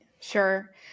Sure